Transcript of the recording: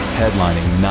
headlining